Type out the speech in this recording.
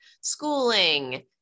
schooling